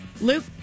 Luke